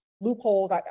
loopholes